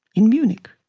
in munich.